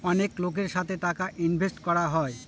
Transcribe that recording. অনেক লোকের সাথে টাকা ইনভেস্ট করা হয়